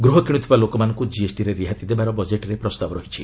ଗୃହ କିଣୁଥିବା ଲୋକମାନଙ୍କୁ ଜିଏସ୍ଟିରେ ରିହାତି ଦେବାର ବଜେଟ୍ରେ ପ୍ରସ୍ତାବ ରହିଛି